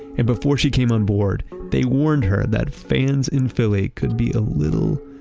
and before she came on board, they warned her that fans in philly could be a little,